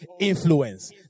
influence